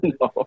No